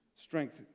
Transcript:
strength